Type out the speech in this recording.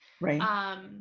Right